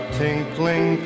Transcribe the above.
tinkling